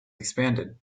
expanded